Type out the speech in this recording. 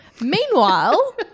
Meanwhile